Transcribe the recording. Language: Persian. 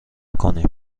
کنیم